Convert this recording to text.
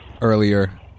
earlier